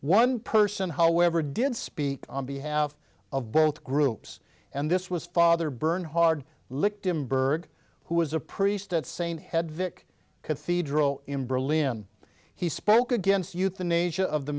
one person however did speak on behalf of both groups and this was father bernhard licked him berg who was a priest at st head vic cathedral in berlin he spoke against euthanasia of the